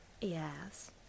Yes